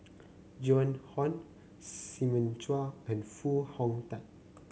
Joan Hon Simon Chua and Foo Hong Tatt